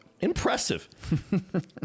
impressive